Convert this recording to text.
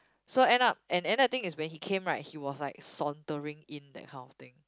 so end up and then thing is when he came right he was like sauntering in that kind of thing